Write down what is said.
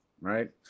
right